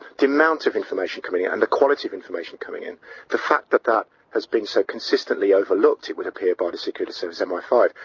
the amount of information coming in, and the quality of information coming in the fact that that has been so consistently overlooked, it would appear, by the security service m i five,